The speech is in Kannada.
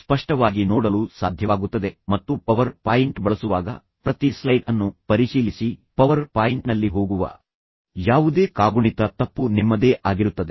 ಸ್ಪಷ್ಟವಾಗಿ ನೋಡಲು ಸಾಧ್ಯವಾಗುತ್ತದೆ ಮತ್ತು ಪವರ್ ಪಾಯಿಂಟ್ ಕಾಗುಣಿತದಲ್ಲಿ ಸ್ಲೈಡ್ಗಳನ್ನು ಬಳಸುವಾಗ ಪ್ರತಿ ಸ್ಲೈಡ್ ಅನ್ನು ಪರಿಶೀಲಿಸಿ ಪವರ್ ಪಾಯಿಂಟ್ನಲ್ಲಿ ಹೋಗುವ ಯಾವುದೇ ಕಾಗುಣಿತ ತಪ್ಪು ನಿಮ್ಮದೇ ಆಗಿರುತ್ತದೆ